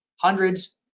hundreds